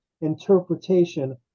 interpretation